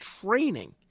training